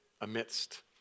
amidst